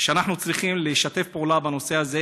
ואנחנו צריכים לשתף פעולה בנושא הזה,